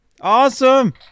Awesome